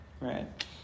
Right